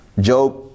Job